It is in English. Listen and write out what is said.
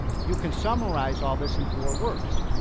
you can summarize all this in four words,